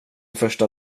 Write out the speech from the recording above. första